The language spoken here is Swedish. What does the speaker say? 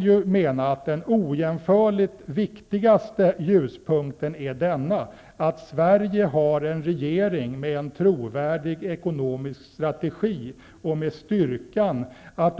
Men jag menar att den ojämförligt viktigaste ljuspunkten är att Sverige har en regering med en trovärdig ekonomisk strategi och med styrkan att